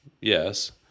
Yes